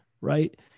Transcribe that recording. right